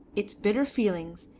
its bitter feelings,